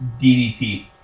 DDT